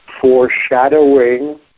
foreshadowing